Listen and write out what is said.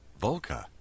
Volca